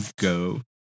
go